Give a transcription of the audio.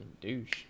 douche